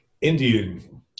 Indian